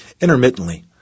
intermittently